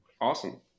Awesome